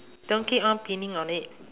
don't keep on pinning on it